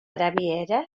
arabiera